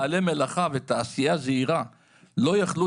בעלי מלאכה ותעשייה זעירה לא יכלו